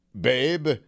babe